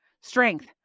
Strength